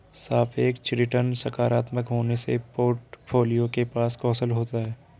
सापेक्ष रिटर्न सकारात्मक होने से पोर्टफोलियो के पास कौशल होता है